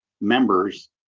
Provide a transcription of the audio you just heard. members